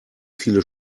viele